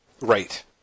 Right